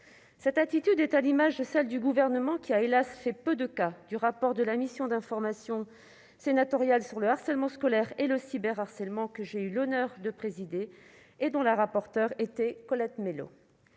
Cette attitude est à l'image de celle du Gouvernement, qui a, hélas ! fait peu de cas du rapport de la mission d'information sénatoriale sur le harcèlement scolaire et le cyberharcèlement, que j'ai eu l'honneur de présider, et dont la rapporteure était Colette Mélot.